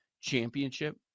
championship